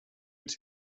mit